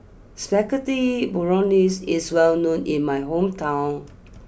Spaghetti Bolognese is well known in my hometown